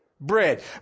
bread